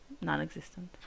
non-existent